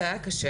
זה היה קשה.